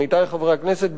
עמיתי חברי הכנסת,